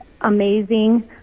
amazing